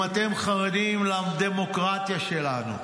אם אתם חרדים לדמוקרטיה שלנו,